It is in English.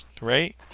Right